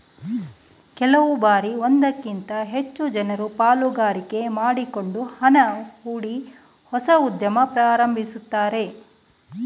ಕೆಲವು ಬಾರಿ ಒಂದಕ್ಕಿಂತ ಹೆಚ್ಚು ಜನರು ಪಾಲುಗಾರಿಕೆ ಮಾಡಿಕೊಂಡು ಹಣ ಹೂಡಿ ಹೊಸ ಉದ್ಯಮ ಪ್ರಾರಂಭಿಸುತ್ತಾರೆ